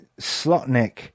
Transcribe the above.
Slotnick